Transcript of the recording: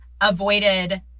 avoided